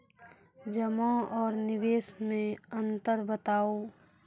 जमा आर निवेश मे अन्तर बताऊ?